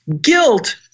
Guilt